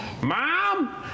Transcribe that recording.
Mom